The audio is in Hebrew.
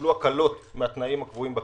קיבלו הקלות מהתנאים הקבועים בקרן.